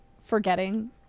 forgetting